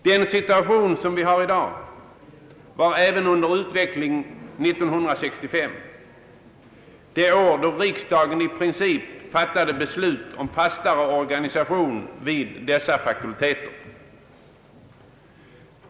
Den situation som vi har i dag var även under utveckling 1965, det år då riksdagen i princip fattade beslut om fastare organisation vid dessa fakuiteter.